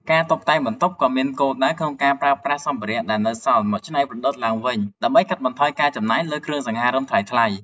ការតុបតែងបន្ទប់ក៏មានគោលដៅក្នុងការប្រើប្រាស់សម្ភារៈដែលនៅសល់មកច្នៃប្រឌិតឡើងវិញ ដើម្បីកាត់បន្ថយការចំណាយលើគ្រឿងសង្ហារឹមថ្លៃៗ។